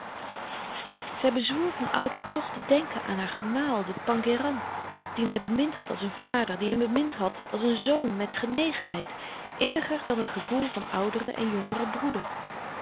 zij bezwoer van oudijck toch te denken aan haar gemaal den pangéran dien hij bemind had als een vader die hem bemind had als een zoon met genegenheid inniger dan het gevoel van ouderen en jongeren broeder